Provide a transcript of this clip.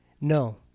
No